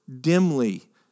dimly